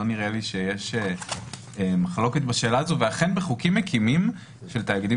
לא נראה לי שיש מחלוקת בשאלה הזאת ואכן בחוקים מקימים של תאגידים